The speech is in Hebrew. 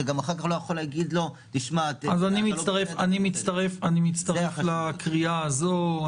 אתה גם אחר כך לא יכול להגיד: תשמע --- אני מצטרף לקריאה הזו.